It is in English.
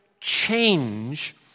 change